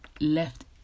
left